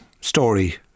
story